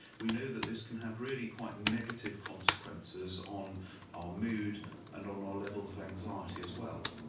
we know that this can have really quite negative consequences on our mood and on our levels of anxiety as well.